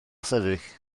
sefyll